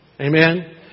Amen